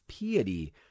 piety